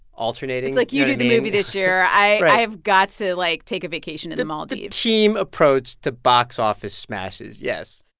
alternating, like you do the movie this year. i have got to, like, take a vacation in the maldives the team approach to box office smashes, yes.